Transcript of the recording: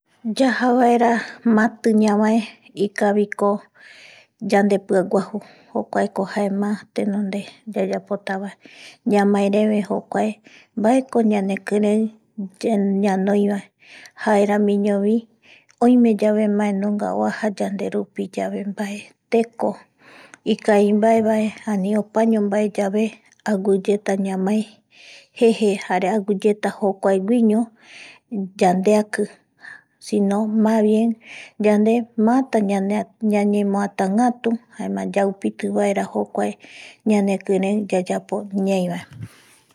Yajavera mati ñavae ikaviko yandepiaguaju jokuako jae má tenonde yayapotava ñamereve jokuae mbaeko ñanekirei ñanoiva jaeramiñovi oime yave mbae nunga oaja yanderupiyave mbae teko ikavimbaevae ani opaño mbae yave aguiyeta ñamae jeje jare aguiyeta jokuae guiño yandeaki sino más bien yande máta ñañemoatangatu jaema yaupiti vaera jokuae ñanekirei yayapo ñai vae